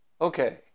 okay